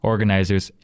Organizers